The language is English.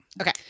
okay